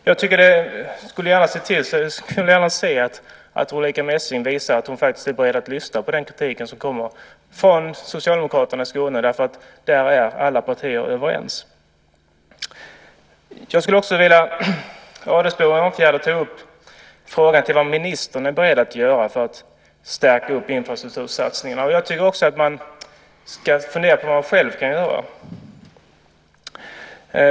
Jag skulle gärna se att Ulrica Messing visar att hon faktiskt är beredd att lyssna på den kritik som kommer från socialdemokraterna i Skåne, därför att där är alla partier överens. Adelsbo och Örnfjäder tog upp frågan om vad ministern är beredd att göra för att stärka infrastruktursatsningarna. Jag tycker att man också ska fundera på vad man själv kan göra.